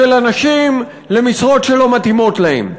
של אנשים למשרות שלא מתאימות להם.